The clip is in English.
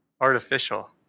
artificial